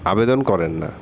আবেদন করেন না